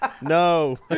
no